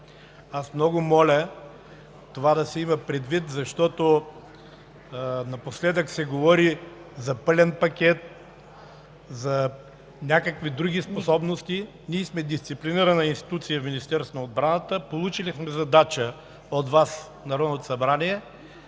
Много моля това да се има предвид, защото напоследък се говори за пълен пакет, за някакви други способности. Ние сме дисциплинирана институция – Министерството на отбраната, получили сме задача от Народното събрание